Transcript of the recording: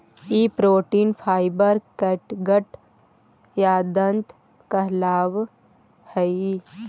ई protein fibre catgut या ताँत कहलावऽ हई